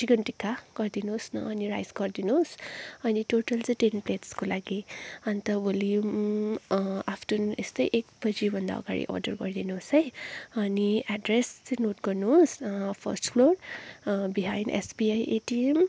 chicken tikka गरिदिनु होस् न अनि राइस गरिदिनु होस् अनि टोटल चाहिँ टेन प्लेट्सको लागि अन्त भोलि आफ्टरनुन यस्तै एक बजीभन्दा अगाडि अर्डर गरिदिनु होस् है अनि एड्रेस चाहिँ नोट गर्नुहोस् first floor behind SBI ATM